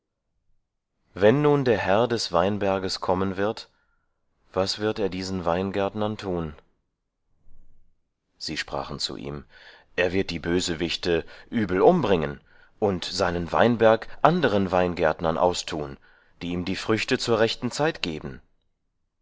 wenn nun der herr des weinberges kommen wird was wird er diesen weingärtnern tun sie sprachen zu ihm er wird die bösewichte übel umbringen und seinen weinberg anderen weingärtnern austun die ihm die früchte zur rechten zeit geben